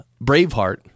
Braveheart